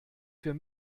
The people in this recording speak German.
für